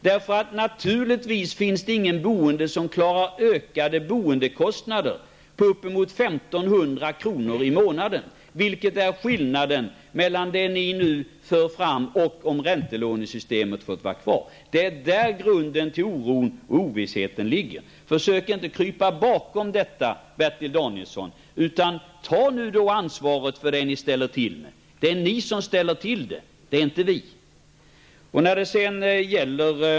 Det finns naturligtvis inga boende som klarar ökade boendekostnader på uppemot 1 500 kr. i månaden, vilket är skillnaden mellan det förslag ni nu för fram och om räntelånesystemet fått vara kvar. Det är där grunden till oron och ovissheten ligger. Försök inte att krypa bakom detta, Bertil Danielsson, utan ta nu ansvaret för det ni ställer till med. Det är ni som ställer till det, det gör inte vi.